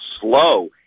slow